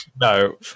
No